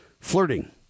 flirting